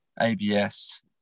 ABS